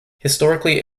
historically